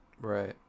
Right